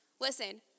Listen